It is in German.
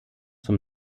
zum